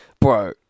bro